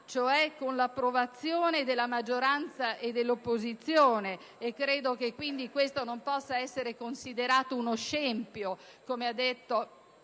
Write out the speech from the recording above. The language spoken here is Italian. cioè con l'approvazione della maggioranza e dell'opposizione (e credo, quindi, che questo non possa essere considerato uno scempio, come ha